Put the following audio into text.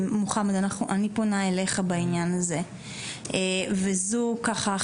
אנחנו עכשיו פונים אליך בעניין הזה מוחמד חלאילה וזו ככה,